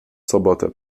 sobotę